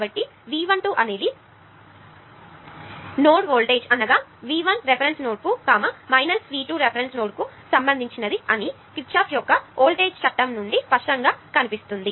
కాబట్టి V12 అనేది ఎక్కడ వోల్టేజ్ అనగా V1 రేఫరెన్స్ నోడ్కు V2 రిఫరెన్స్ నోడ్కు సంబంధించినది అని కిర్చాఫ్ యొక్క వోల్టేజ్ లా నుండి స్పష్టంగా కనిపిస్తుంది